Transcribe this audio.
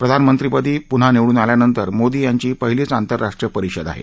प्रधानमंत्रीपदी पुन्हा निवडून आल्यानंतर मोदी यांची ही पहिलीच आंतरराष्ट्रीय परिषद आहे